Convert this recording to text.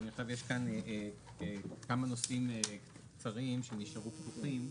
יש כאן כמה נושאים קצרים שנשארו פתוחים.